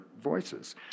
voices